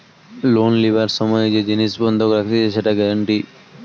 loan লিবার সময় যে জিনিস বন্ধক রাখতিছে সেটা গ্যারান্টি